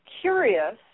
curious